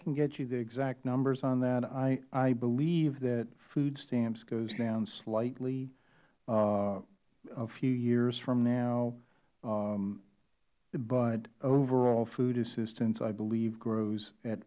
can get you the exact numbers on that i believe that food stamps goes down slightly a few years from now but overall food assistance i believe grows at